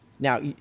Now